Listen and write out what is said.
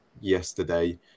yesterday